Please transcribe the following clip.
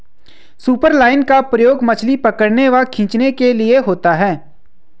superline का प्रयोग मछली पकड़ने व खींचने के लिए होता है